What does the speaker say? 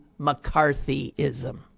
McCarthyism